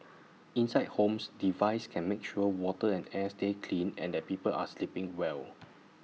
inside homes devices can make sure water and air stay clean and that people are sleeping well